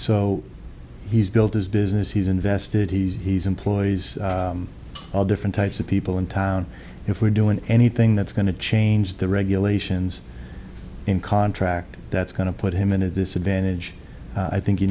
so he's built his business he's invested he's he's employees all different types of people in town if we're doing anything that's going to change the regulations in contract that's going to put him in a disadvantage i think you